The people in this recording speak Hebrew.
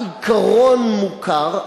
העיקרון מוכר,